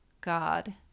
God